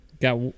got